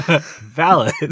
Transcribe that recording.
Valid